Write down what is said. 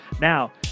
Now